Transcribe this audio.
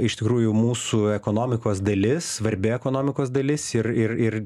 iš tikrųjų mūsų ekonomikos dalis svarbi ekonomikos dalis ir ir ir